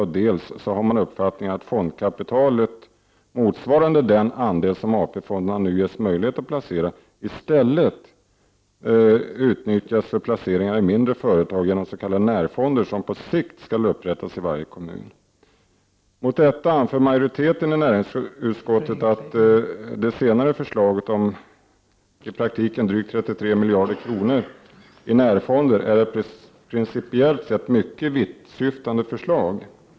Miljöpartiet har också uppfattningen att fondkapital motsvarande den andel som AP fonderna nu ges möjlighet att placera i stället bör utnyttjas för placeringar i mindre företag, genom s.k. närfonder, som på sikt skall upprättas i varje kommun. Mot detta anför majoriteten i näringsutskottet att det senare förslaget att i praktiken placera drygt 33 miljarder kronor i närfonder är ett principiellt sett mycket vittsyftande förslag.